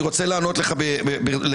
רוצה לענות לך ברצינות.